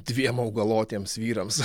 dviem augalotiems vyrams